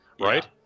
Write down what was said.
right